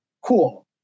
cool